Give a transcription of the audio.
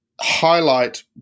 highlight